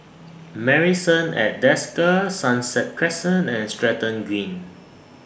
Marrison At Desker Sunset Crescent and Stratton Green